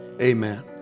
amen